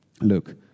look